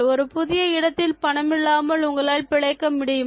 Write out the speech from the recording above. ஒரு புதிய இடத்தில் பணம் இல்லாமல் உங்களால் பிழைக்க முடியுமா